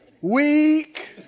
weak